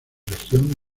región